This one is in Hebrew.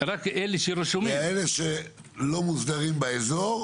מאלה שלא מוסדרים באזור,